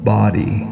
body